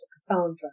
Cassandra